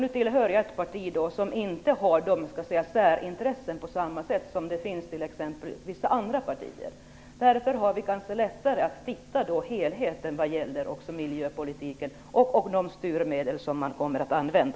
Nu tillhör jag ett parti som inte representerar särintressen på samma sätt som t.ex. vissa andra partier. Därför har vi kanske lättare att se helheten vad gäller miljöpolitiken och de styrmedel man kommer att använda.